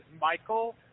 Michael